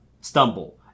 stumble